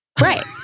Right